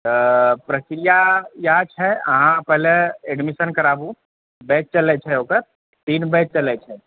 तऽ प्रक्रिया इएह छै अहाँ पहिले एडमिशन कराबु बैच चलै छै ओकर तीन बैच चलै छै